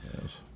Yes